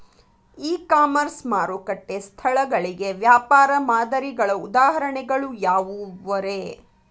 E commerce ಮಾರುಕಟ್ಟೆ ಸ್ಥಳಗಳಿಗೆ ವ್ಯಾಪಾರ ಮಾದರಿಗಳ ಉದಾಹರಣೆಗಳು ಯಾವವುರೇ?